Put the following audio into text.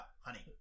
Honey